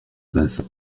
basse